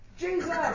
Jesus